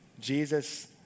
Jesus